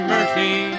Murphy